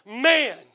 Man